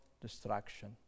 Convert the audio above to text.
destruction